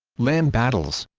land battles